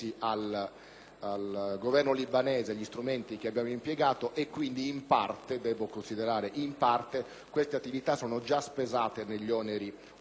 al Governo libanese gli strumenti che abbiamo impiegato: quindi in parte, lo ripeto, devo considerare queste attività già spesate negli oneri ordinari.